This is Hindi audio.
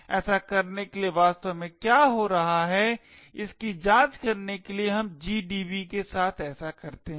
ऐसा करने के लिए वास्तव में क्या हो रहा है इसकी जांच करने के लिए हम GDB के साथ ऐसा करते हैं